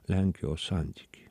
lenkijos santykiai